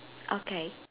okay